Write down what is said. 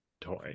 toy